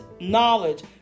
knowledge